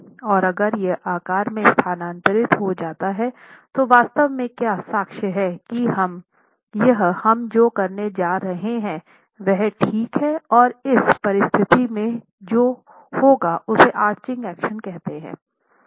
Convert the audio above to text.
और अगर यह आकार में स्थानांतरित हो जाता है तो वास्तव में क्या साक्ष्य है की यह हम जो करने जा रहे हैं वह ठीक है और इस परिस्थिति में जो होगा उसे आर्चिंग एक्शन कहते हैं